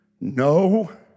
no